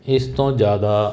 ਇਸ ਤੋਂ ਜ਼ਿਆਦਾ